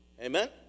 Amen